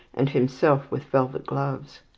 and himself with velvet gloves.